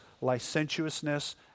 licentiousness